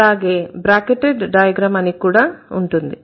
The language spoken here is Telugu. అలాగే బ్రాకెటెడ్ డైగ్రామ్ అని కూడా ఉంటుంది